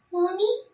Mommy